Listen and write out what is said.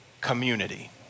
community